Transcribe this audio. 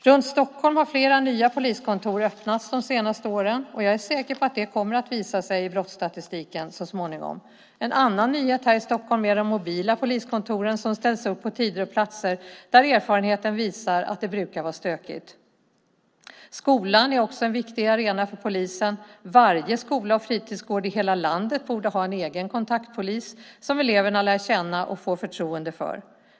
Runt Stockholm har flera nya poliskontor öppnats de senaste åren. Jag är säker på att det kommer att visa sig i brottsstatistiken så småningom. En annan nyhet här i Stockholm är de mobila poliskontor som ställs upp på tider och platser där erfarenheten visar att det brukar vara stökigt. Skolan är också en viktig arena för polisen. Varje skola och fritidsgård i hela landet borde ha en egen kontaktpolis som eleverna lär känna och får förtroende för.